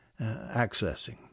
accessing